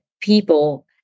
people